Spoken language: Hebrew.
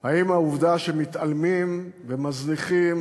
האם העובדה שמתעלמים ומזניחים,